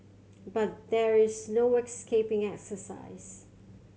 but there is no escaping exercise